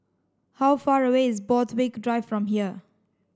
how far away is Borthwick Drive from here